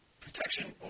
protection